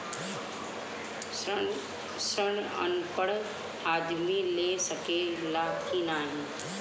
ऋण अनपढ़ आदमी ले सके ला की नाहीं?